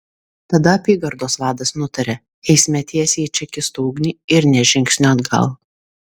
tada apygardos vadas nutarė eisime tiesiai į čekistų ugnį ir nė žingsnio atgal